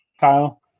Kyle